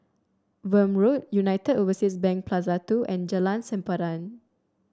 Welm Road United Overseas Bank Plaza Two and Jalan Sempadan